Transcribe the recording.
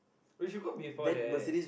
we should go before that